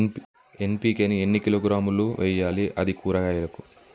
NPK ని ఎన్ని కిలోగ్రాములు వెయ్యాలి? అది కూరగాయలకు?